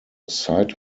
side